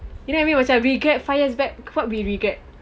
you know what I mean macam we get five years back what we we regret